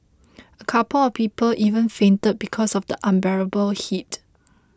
a couple of people even fainted because of the unbearable heat